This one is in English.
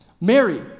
Mary